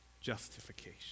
justification